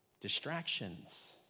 Distractions